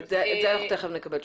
על זה אנחנו תיכף נקבל תשובות.